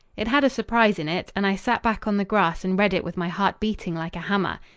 it had a surprise in it, and i sat back on the grass and read it with my heart beating like a hammer.